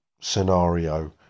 scenario